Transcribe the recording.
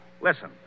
Listen